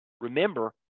Remember